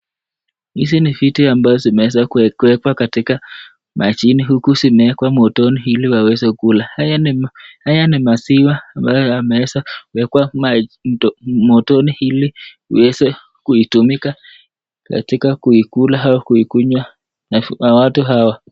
Hizi ni vitu ambazo zimeweza kuwekwa katika majini huku zimewekwa motoni ili waweze kula. Haya ni maziwa ambayo yameweza kuwekwa motoni ili iweze kuitumika kwa kuikula au kuikunywa na watu hawa.